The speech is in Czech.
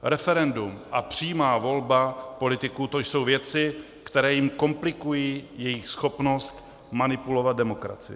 Referendum a přímá volba politiků, to jsou věci, které jim komplikují jejich schopnost manipulovat demokracii.